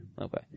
Okay